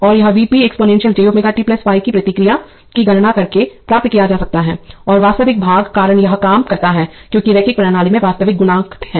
और यह V P exponential j ω t 5 की प्रतिक्रिया की गणना करके प्राप्त किया जा सकता है और वास्तविक भाग कारण यह काम करता है क्योंकि रैखिक प्रणाली में वास्तविक गुणांक हैं